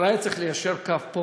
אבל היה צריך ליישר קו פה